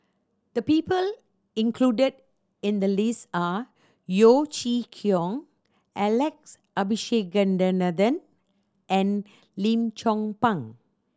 the people included in the list are Yeo Chee Kiong Alex Abisheganaden and Lim Chong Pang